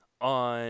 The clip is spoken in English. on